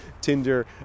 Tinder